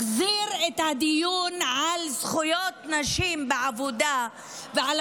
מחזיר את הדיון על זכויות נשים בעבודה ועל